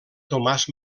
tomàs